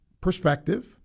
Perspective